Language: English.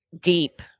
Deep